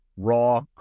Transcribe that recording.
raw